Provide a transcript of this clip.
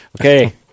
Okay